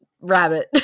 rabbit